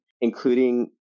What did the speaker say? including